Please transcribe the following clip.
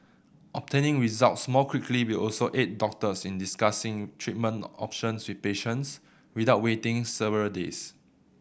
obtaining results more quickly will also aid doctors in discussing treatment options with patients without waiting several days